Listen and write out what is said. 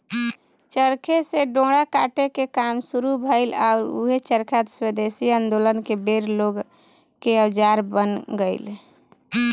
चरखे से डोरा काटे के काम शुरू भईल आउर ऊहे चरखा स्वेदेशी आन्दोलन के बेर लोग के औजार बन गईल